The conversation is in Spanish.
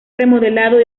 remodelado